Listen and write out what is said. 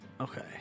Okay